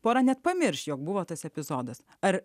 pora net pamirš jog buvo tas epizodas ar